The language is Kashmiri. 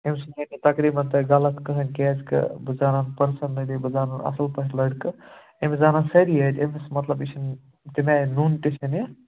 أمۍ سُنٛد وَنہِ نہٕ تقریٖبن تُہۍ غلط کٕہیٖنٛۍ کیٛازِ کہِ بہٕ زانن پٔرسَنٕلی بہٕ زانن اَصٕل پٲٹھۍ لڑکہٕ أمس زانن سٲری اَتہِ أمِس مطلب یہِ چھُنہٕ تَمہِ آیہِ نوٚن تہِ چھُنہٕ یہِ